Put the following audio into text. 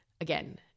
again